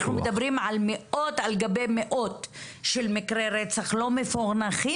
אנחנו מדברים על מאות על גבי מאות של מקרי רצח לא מפוענחים,